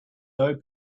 doe